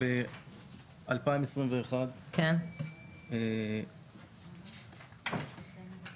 ב-2021 הוגשו כ-70 תלונות